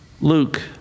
Luke